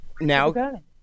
Now